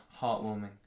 heartwarming